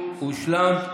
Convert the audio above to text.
הושלם.